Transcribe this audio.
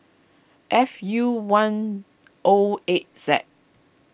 F U one O eight Z